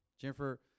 Jennifer